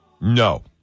No